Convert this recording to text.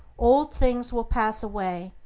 old things will pass away,